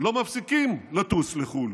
לא מפסיקים לטוס לחו"ל,